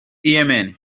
yemen